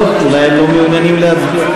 טוב, אולי הם לא מעוניינים להצביע.